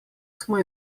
smo